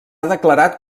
declarat